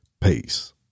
Peace